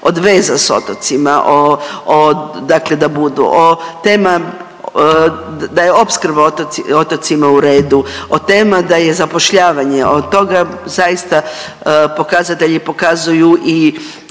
od veza s otocima, od, od dakle da budu, od tema da je opskrba otocima u redu, od tema da je zapošljavanje, od toga zaista pokazatelji pokazuju i